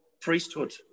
priesthood